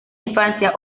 infancia